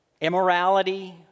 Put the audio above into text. immorality